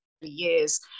years